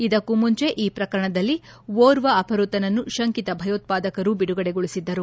ಇದಕ್ಕೂ ಮುಂಚೆ ಈ ಪ್ರಕರಣದಲ್ಲಿ ಓರ್ವ ಅಪಹೃತನನ್ನು ಶಂಕಿತ ಭಯೋತ್ವಾದಕರು ಬಿಡುಗಡೆಗೊಳಿಸಿದ್ದರು